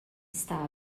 está